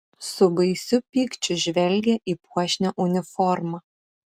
su baisiu pykčiu žvelgė į puošnią uniformą